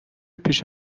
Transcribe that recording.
پیش